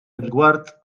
rigward